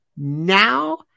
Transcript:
Now